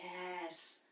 Yes